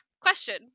Question